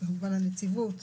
כמובן הנציבות.